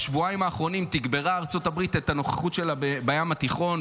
בשבועיים האחרונים תגברה ארצות הברית את הנוכחות שלה בים התיכון,